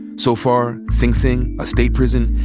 so far, sing sing, a state prison,